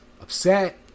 upset